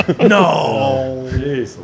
No